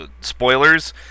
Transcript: spoilers